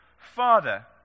Father